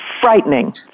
frightening